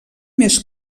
més